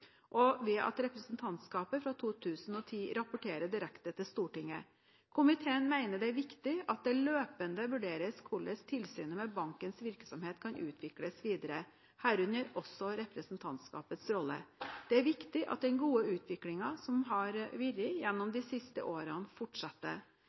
og ved at representantskapet fra 2010 rapporterer direkte til Stortinget. Komiteen mener det er viktig at det løpende vurderes hvordan tilsynet med bankens virksomhet kan utvikles videre, herunder også representantskapets rolle. Det er viktig at den gode utviklingen som har vært gjennom